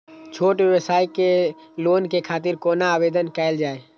छोट व्यवसाय के लोन के खातिर कोना आवेदन कायल जाय?